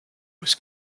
was